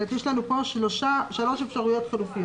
זאת אומרת יש לנו פה שלוש אפשרויות חלופיות,